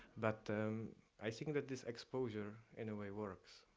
but i think that this exposure, anyway, works.